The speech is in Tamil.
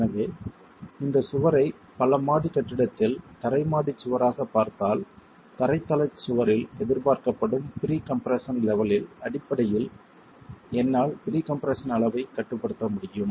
எனவே இந்தச் சுவரைப் பல மாடிக் கட்டிடத்தில் தரை மாடிச் சுவராகப் பார்த்தால் தரைத் தளச் சுவரில் எதிர்பார்க்கப்படும் ப்ரீகம்ப்ரஷன் லெவலின் அடிப்படையில் என்னால் ப்ரீகம்ப்ரஷன் அளவைக் கட்டுப்படுத்த முடியும்